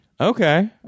Okay